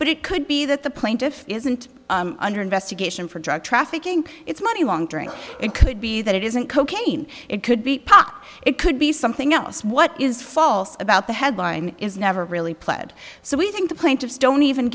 but it could be that the plaintiff isn't under investigation for drug trafficking it's money laundering it could be that it isn't cocaine it could be pot it could be something else what is false about the headline is never really pled so we think the plaintiffs don't even